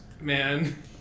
man